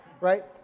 right